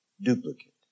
duplicate